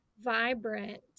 vibrant